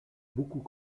beaucoup